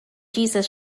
jesus